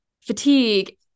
fatigue